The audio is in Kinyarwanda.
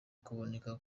kuboneka